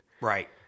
Right